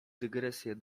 dygresję